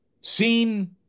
seen